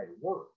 work